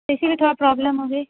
اِسی میں تھوڑا پرابلم ہو گئی